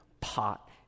pot